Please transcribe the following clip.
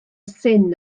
syn